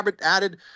added